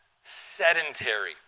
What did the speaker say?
sedentary